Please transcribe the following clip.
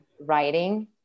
Writing